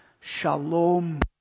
shalom